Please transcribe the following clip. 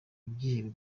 ibyihebe